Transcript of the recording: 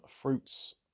fruits